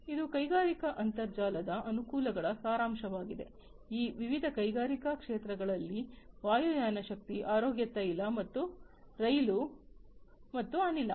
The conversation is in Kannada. ಇದು ಕೈಗಾರಿಕಾ ಅಂತರ್ಜಾಲದ ಅನುಕೂಲಗಳ ಸಾರಾಂಶವಾಗಿದೆ ವಿವಿಧ ಕೈಗಾರಿಕಾ ಕ್ಷೇತ್ರಗಳಲ್ಲಿ ವಾಯುಯಾನ ಶಕ್ತಿ ಆರೋಗ್ಯ ತೈಲ ಮತ್ತು ರೈಲು ಮತ್ತು ಅನಿಲ